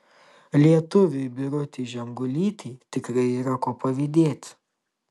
lietuvei birutei žemgulytei tikrai yra ko pavydėti